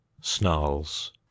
snarls